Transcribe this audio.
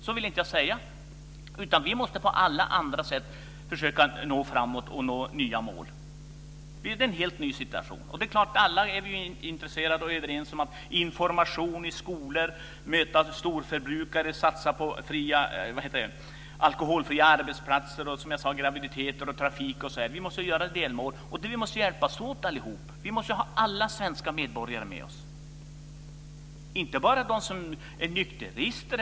Så vill jag inte säga, utan vi måste på alla sätt försöka gå framåt och nå nya mål. Vi är i en helt ny situation, och det är klart att vi alla är överens om vikten av information i skolor och intresserade av hur vi ska möta storförbrukare, satsa på alkoholfria arbetsplatser, alkohol i samband med graviditet och trafik. Vi måste sätta upp delmål. Vi måste hjälpas åt, vi måste ha alla svenska medborgare med oss, inte bara de som är nykterister.